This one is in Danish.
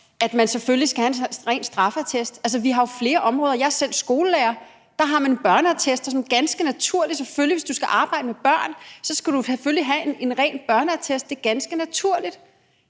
at de selvfølgelig skal have en ren straffeattest. Jeg er selv skolelærer. På det område har man børneattester som noget ganske naturligt. Hvis du skal arbejde med børn, skal du selvfølgelig have en ren børneattest. Det er ganske naturligt.